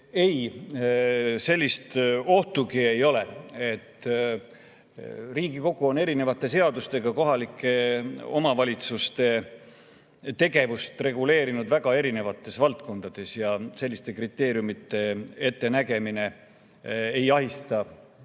Ei, sellist ohtugi ei ole. Riigikogu on erinevate seadustega kohalike omavalitsuste tegevust reguleerinud väga erinevates valdkondades. Ja selliste kriteeriumide ettenägemine ei ahista